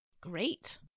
Great